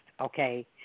okay